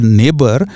neighbor